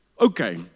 Okay